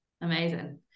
Amazing